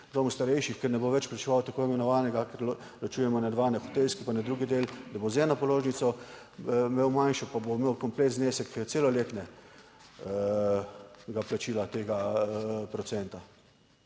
domu starejših, ker ne bo več plačeval tako imenovanega, ker plačujemo na dva, na hotelski pa na drugi del, da bo z eno položnico imel manjšo, pa bo imel komplet, znesek celoletnega plačila tega procenta,